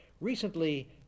Recently